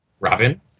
Robin